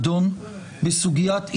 תסכים איתי,